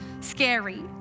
scary